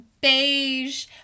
beige